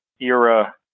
era